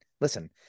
listen